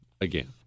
again